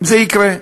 זה יקרה.